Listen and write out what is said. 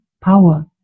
power